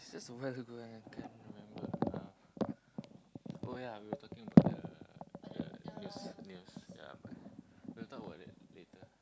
it's just a while ago and I can't remember um oh yeah we were talking about the the news news yeah but we'll talk about that later